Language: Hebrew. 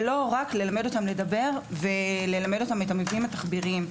זה לא רק ללמד אותם לדבר ואת העניינים התחביריים.